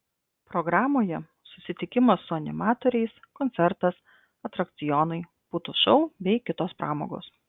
programoje susitikimas su animatoriais koncertas atrakcionai putų šou bei kitos pramogos